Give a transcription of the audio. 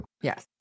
Yes